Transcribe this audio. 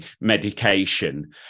medication